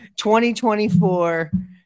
2024